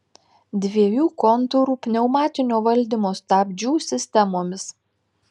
dviejų kontūrų pneumatinio valdymo stabdžių sistemomis